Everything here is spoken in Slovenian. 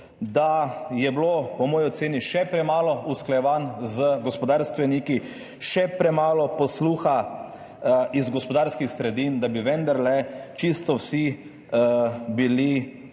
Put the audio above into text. da je bilo po moji oceni še premalo usklajevanj z gospodarstveniki, še premalo posluha za gospodarske sredine, da bi bila vendarle čisto vsem